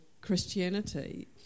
Christianity